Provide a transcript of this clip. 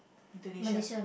Indonesian